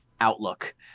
outlook